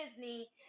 disney